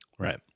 Right